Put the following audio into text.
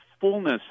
fullness